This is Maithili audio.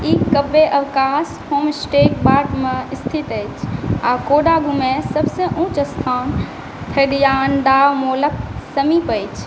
ई कब्बे अवकाश होमस्टेक बाटमे स्थित अछि आ कोडागुमे सबसँ ऊँच स्थान थडियान्डामोलक समीप अछि